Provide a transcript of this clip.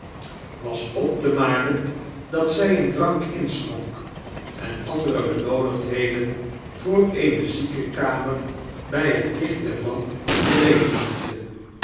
was op te maken dat zy een drank inschonk en andere benoodigdheden voor eene ziekenkamer by het licht der lamp